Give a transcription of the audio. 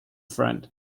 friend